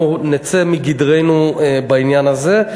אנחנו נצא מגדרנו בעניין הזה.